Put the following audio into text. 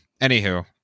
anywho